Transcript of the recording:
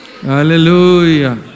Hallelujah